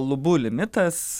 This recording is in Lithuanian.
lubų limitas